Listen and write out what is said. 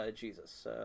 Jesus